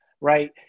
Right